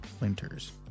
winters